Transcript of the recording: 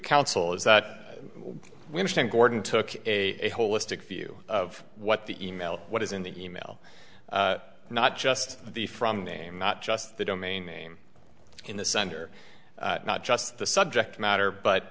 counsel is that we understand gordon took a holistic view of what the e mail what is in the email not just the from name not just the domain name in the center not just the subject matter but